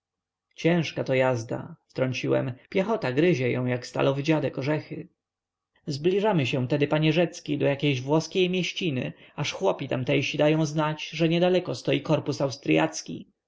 ciężka to jazda wtrąciłem piechota gryzie ją jak stalowy dziadek orzechy zbliżamy się tedy panie rzecki do jakiejś włoskiej mieściny aż chłopi tamtejsi dają znać że niedaleko stoi korpus austryacki